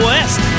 West